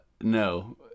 No